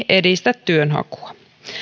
edistä työnhakua